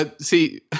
See